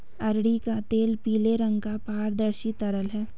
अरंडी का तेल पीले रंग का पारदर्शी तरल है